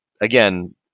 Again